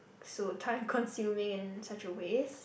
so time consuming and such a waste